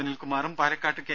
സുനിൽകുമാറും Palakkad K